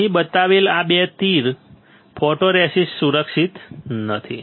અહીં બતાવેલ આ 2 તીર ફોટોરેસિસ્ટ સુરક્ષિત નથી